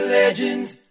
legends